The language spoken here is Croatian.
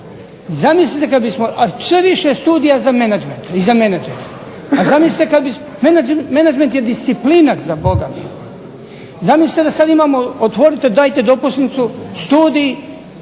zamislite kad bismo, a sve više je studija za menadžment i za menadžere. Pa zamislite kad bi, menadžment je disciplina za Boga miloga. Zamislite da sad imamo, otvorite dajte dopusnicu studij